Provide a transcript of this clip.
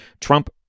Trump